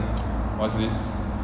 what's this